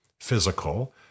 physical